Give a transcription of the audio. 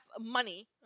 money